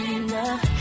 enough